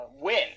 win